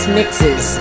mixes